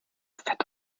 fett